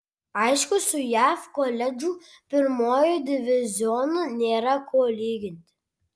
aišku su jav koledžų pirmuoju divizionu nėra ko lyginti